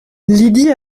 lydie